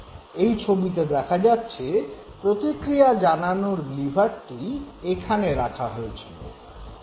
এই ছবিতে দেখা যাচ্ছে প্রতিক্রিয়া জানানোর লিভারটি এখানে রাখা হয়েছিল